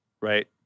right